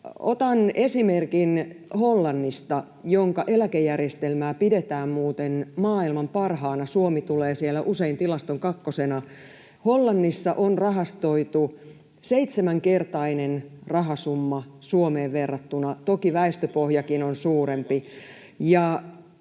Otan esimerkin Hollannista, jonka eläkejärjestelmää pidetään muuten maailman parhaana, Suomi tulee siellä usein tilaston kakkosena. Hollannissa on rahastoitu seitsemänkertainen rahasumma Suomeen verrattuna, toki väestöpohjakin on suurempi.